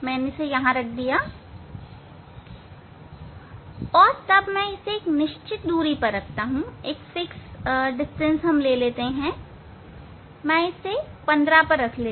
मुझे इसे रखने दीजिए और तब मैं इसे एक निश्चित दूरी पर रखता हूं मैं इसे 15 पर रखता हूं